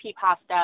pasta